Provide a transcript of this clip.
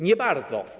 Nie bardzo.